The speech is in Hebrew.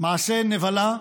מעשה נבלה,